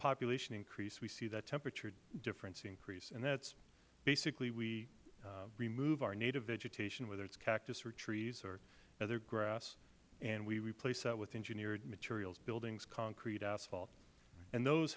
population increase we see that temperature difference increase basically we remove our native vegetation whether it is cactus or trees or other grass and we replace that with engineered materials buildings concrete asphalt and those